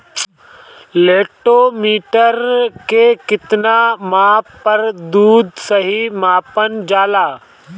Lactometer के कितना माप पर दुध सही मानन जाला?